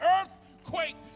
earthquake